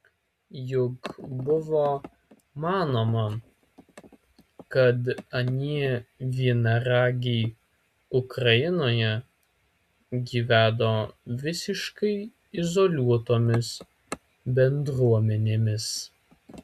juk buvo manoma kad anie vienaragiai ukrainoje gyveno visiškai izoliuotomis bendruomenėmis